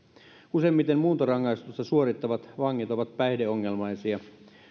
useimmiten muuntorangaistusta suorittavat vangit ovat päihdeongelmaisia